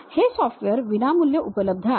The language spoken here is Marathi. हे सॉफ्टवेअर विनामूल्य उपलब्ध आहेत